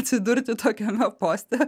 atsidurti tokiame poste